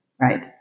right